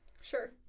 Sure